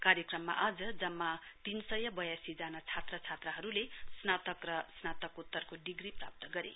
कार्यक्रमा आज जम्मा तीन सय वयासीजना छात्रछात्राहरूले स्थधानक र स्नातकोतरको डिग्री प्राप्त गरे